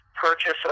purchase